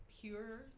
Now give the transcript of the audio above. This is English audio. pure